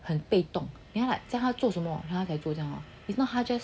很被动原来叫他做什么他才做 if not 他 just